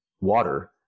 water